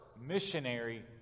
missionary